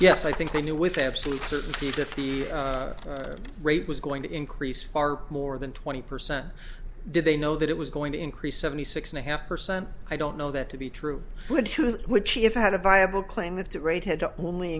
yes i think they knew with absolute certainty that the rate was going to increase far more than twenty percent did they know that it was going to increase seventy six and a half percent i don't know that to be true which if i had a viable